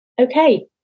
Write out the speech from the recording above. okay